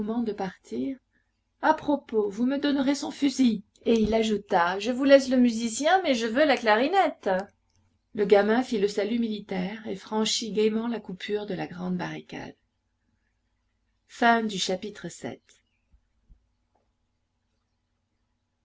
de partir à propos vous me donnerez son fusil et il ajouta je vous laisse le musicien mais je veux la clarinette le gamin fit le salut militaire et franchit gaîment la coupure de la grande barricade chapitre